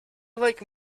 like